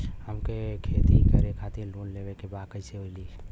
हमके खेती करे खातिर लोन लेवे के बा कइसे मिली?